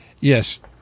Yes